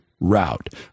route